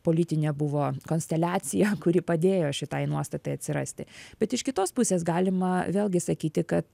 politinė buvo konsteliacija kuri padėjo šitai nuostatai atsirasti bet iš kitos pusės galima vėlgi sakyti kad